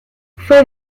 fue